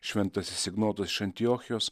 šventasis ignotas iš antiochijos